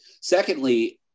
Secondly